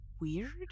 weird